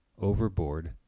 Overboard